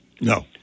No